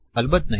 અલબત્ત નહીં